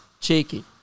cheeky